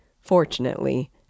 fortunately